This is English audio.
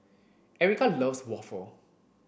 Ericka loves waffle